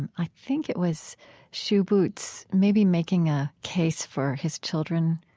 and i think it was shoe boots maybe making a case for his children,